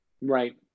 Right